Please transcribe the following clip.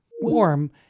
warm